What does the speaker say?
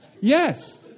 Yes